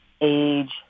age